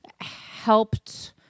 helped